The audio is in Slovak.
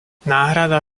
náhrada